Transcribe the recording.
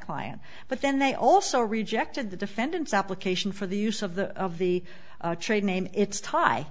client but then they also rejected the defendant's application for the use of the of the trade name its tie